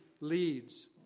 leads